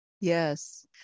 yes